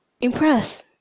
impress